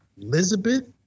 Elizabeth